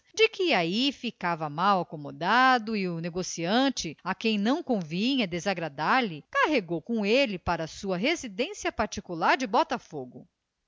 que ai ficava mal acomodado e o negociante a quem não convinha desagradar lhe carregou com ele para a sua residência particular de botafogo